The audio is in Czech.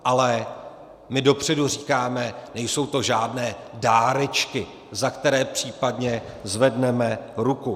Ale my dopředu říkáme, nejsou to žádné dárečky, za které případně zvedneme ruku.